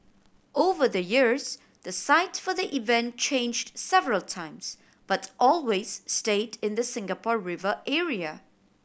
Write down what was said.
over the years the site for the event changed several times but always stayed in the Singapore River area